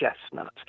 chestnut